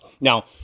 Now